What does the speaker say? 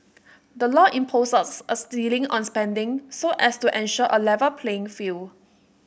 the law imposes a ceiling on spending so as to ensure A Level playing field